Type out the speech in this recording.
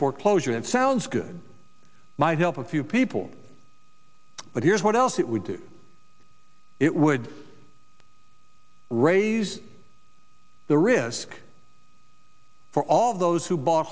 foreclosure it sounds good might help a few people but here's what else it would do it would raise the risk for all those who bo